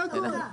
זה הכל.